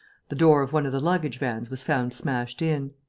the door of one of the luggage vans was found smashed in.